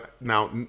Now